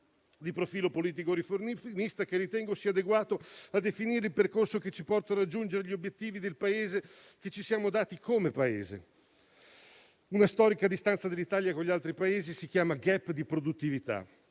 di profilo politico riformista che ritengo sia adeguato a definire il percorso che ci porta a raggiungere gli obiettivi che ci siamo dati come Paese. Penso a una storica distanza dell'Italia con gli altri Paesi, che si chiama *gap* di produttività.